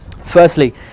Firstly